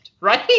Right